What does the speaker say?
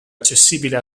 accessibile